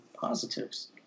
positives